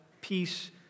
peace